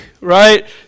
right